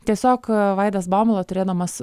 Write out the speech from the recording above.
tiesiog vaidas baumila turėdamas